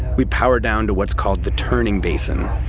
we powered down to what's called the turning basin.